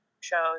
shows